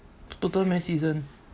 total how many season